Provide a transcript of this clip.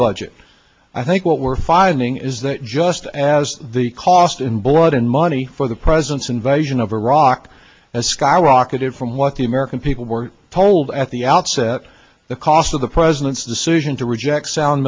budget i think what we're finding is that just as the cost in blood and money for the president's invasion of iraq and skyrocketed from what the american people were told at the outset the cost of the president's decision to reject sound